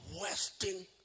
wasting